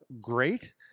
great